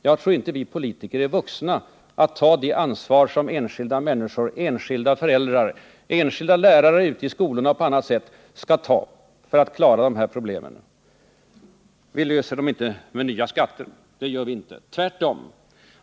Jag tror inte att vi politiker är vuxna att ta det ansvar som enskilda människor, enskilda föräldrar, enskilda lärare ute i skolorna skall ta för att klara sina svårigheter. Vi löser dem inte med nya skatter. Tvärtom.